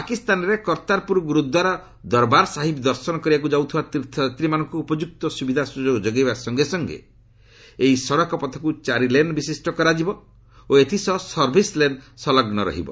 ପାକିସ୍ତାନରେ କର୍ତ୍ତାରପୁର୍ ଗୁରୁଦ୍ୱାରା ଦରବାର୍ ସାହିବ୍ ଦର୍ଶନ କରିବାକୁ ଯାଉଥିବା ତୀର୍ଥଯାତ୍ରୀମାନଙ୍କୁ ଉପଯୁକ୍ତ ସୁବିଧା ସୁଯୋଗ ଯୋଗାଇବା ସଙ୍ଗେ ସଙ୍ଗେ ଏହି ସଡ଼କ ପଥକୁ ଚାରି ଲେନ୍ ବିଶିଷ୍ଟ କରାଯିବ ଓ ଏଥିସହ ସର୍ଭିସ୍ ଲେନ୍ ସଂଲଗୁ ରହିବ